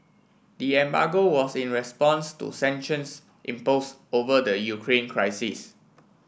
the embargo was in response to sanctions impose over the Ukraine crisis